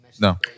No